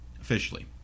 officially